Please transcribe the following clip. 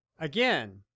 again